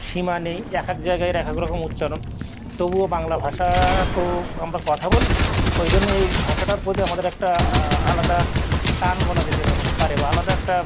সীমা নেই এক এক জায়গায় এর এক এক রকম উচ্চারণ তবুও বাংলা ভাষা তো আমরা কথা বলি ওই জন্যে এই ভাষাটার প্রতি আমাদের একটা আলাদা টান বলা যেতে পারে বা আলাদা একটা